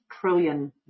trillion